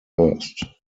hurst